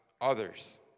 others